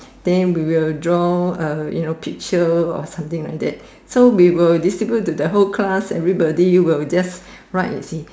then we will draw uh you know picture or something like that so we will distribute to the whole class everybody will just write thing